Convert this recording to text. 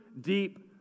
deep